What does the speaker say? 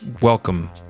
welcome